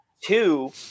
two